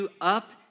up